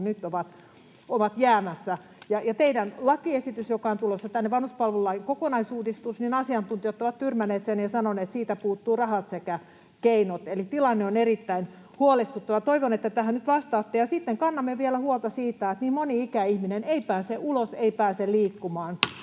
ovat tyrmänneet teidän lakiesityksenne, joka on tulossa tänne, vanhuspalvelulain kokonaisuudistuksen, ja sanoneet, että siitä puuttuvat rahat sekä keinot, eli tilanne on erittäin huolestuttava. Toivon, että tähän nyt vastaatte. Ja sitten kannamme vielä huolta siitä, että niin moni ikäihminen ei pääse ulos, ei pääse liikkumaan.